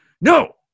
No